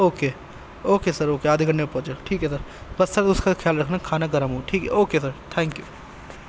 okay okay sir okay آدھے گھنٹے میں پہنچ جائے گا ٹھیک ہے سر بس سر اس کا خیال رکھنا کھانا گرم ہو ٹھیک ہے اوکے سر تھینک یو